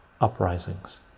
uprisings